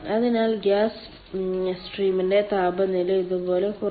അതിനാൽ ഗ്യാസ് സ്ട്രീമിന്റെ താപനില ഇതുപോലെ കുറയും